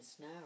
now